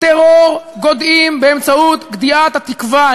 טרור גודעים באמצעות גדיעת התקווה.